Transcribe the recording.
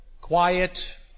quiet